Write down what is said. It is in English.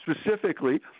specifically